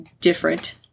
different